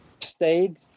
stayed